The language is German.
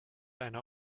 einer